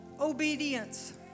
obedience